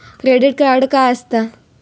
Credit card काय असता?